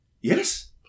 Yes